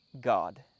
God